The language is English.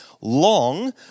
long